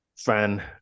Fan